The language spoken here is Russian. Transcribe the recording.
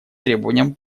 требованиям